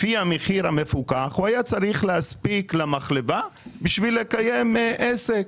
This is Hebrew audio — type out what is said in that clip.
לפי המחיר המפוקח הוא היה צריך להספיק למחלבה בשביל לקיים עסק,